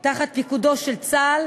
תחת פיקודו של צה"ל,